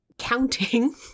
counting